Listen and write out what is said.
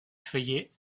feuillée